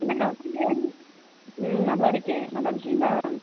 என்ன அக்கா பண்ணுறீங்க ம் நல்லா இருக்கேன் நல்லா இருக்கீங்களா